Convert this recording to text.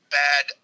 bad